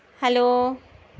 hello